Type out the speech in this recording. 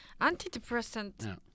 Antidepressant